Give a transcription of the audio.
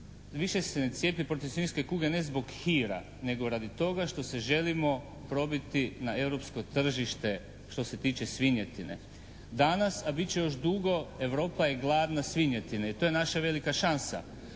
Više se ne cijepi protiv svinjske kuge ne zbog hira nego radi toga što se želimo probiti na europsko tržište što se tiče svinjetine. Danas a bit će još dugo Europa je gladna svinjetine i to je naša velika šansa